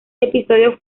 episodio